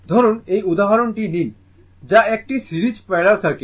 ধরুন এই উদাহরণটি নিন যা একটি সিরিজ প্যারালাল সার্কিট